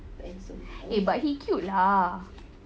eh but he cute lah